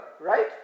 right